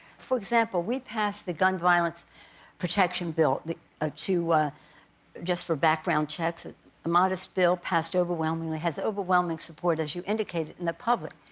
for example, we passed the gun violence protection bill ah to just for background checks. a modest bill, passed overwhelmingly, has overwhelming support. as you indicated. in the public.